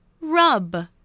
rub